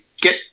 get